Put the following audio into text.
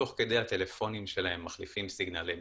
תוך כדי, הטלפונים שלהם מחליפים סיגנלי Bluetooth,